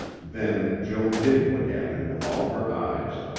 then joan did look at him with all her eyes.